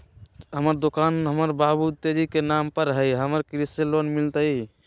हमर दुकान हमर बाबु तेजी के नाम पर हई, हमरा के कृषि लोन मिलतई?